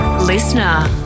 Listener